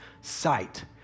Sight